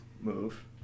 Move